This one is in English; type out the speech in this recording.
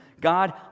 God